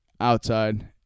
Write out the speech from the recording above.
outside